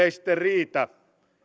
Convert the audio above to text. ei sitten riitä